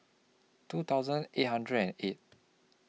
two thousand eight hundred and eight